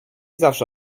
zawsze